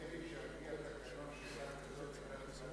נדמה לי ששאלה כזאת היתה צריכה להיפסל,